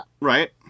Right